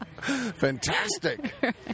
fantastic